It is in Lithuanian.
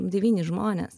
devyni žmonės